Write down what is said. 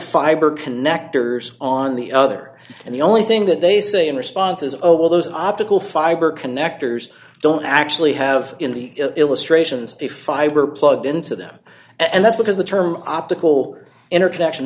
fiber connectors on the other and the only thing that they say in response is oh well those optical fiber connectors don't actually have in the illustrations the fiber plugged into them and that's because the term optical interconnection